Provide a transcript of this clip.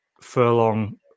Furlong